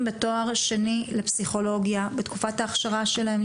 בתואר שני לפסיכולוגיה בתקופת ההכשרה שלהם,